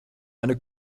eine